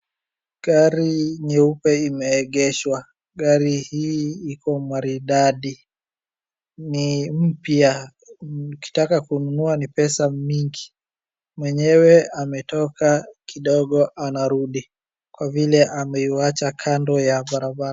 Gari nyeupe imeegeshwa. Gari hii iko maridadi, ni mpya, ukitaka kununua ni pesa mingi. Mwenyewe ametoka kidogo anarudi kwa vile ameiwacha kando ya barabara.